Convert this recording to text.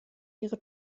ihre